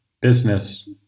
business